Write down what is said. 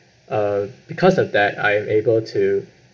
uh because of that I'm able to